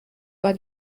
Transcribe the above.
war